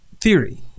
theory